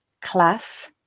class